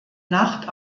nacht